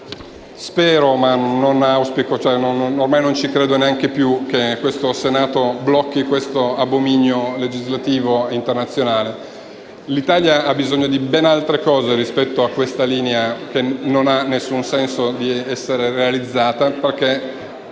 anche se ormai non ci credo neanche più - che il Senato blocchi questo abominio legislativo internazionale. L'Italia ha bisogno di ben altre cose, rispetto a questa linea, che non ha alcun senso di essere realizzata, perché